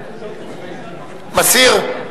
מסיר?